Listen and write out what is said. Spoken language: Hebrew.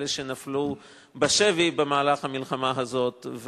אלה שנפלו בשבי במהלך המלחמה הזאת.